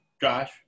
Josh